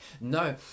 No